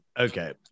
okay